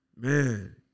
man